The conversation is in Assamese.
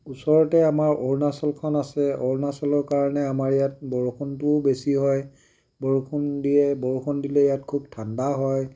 ওচৰতে আমাৰ অৰুণাচলখন আছে অৰুণাচলৰ কাৰণে আমাৰ ইয়াত বৰষুণটোও বেছি হয় বৰষুণ দিয়ে বৰষুণ দিলে ইয়াত খুব ঠাণ্ডা হয়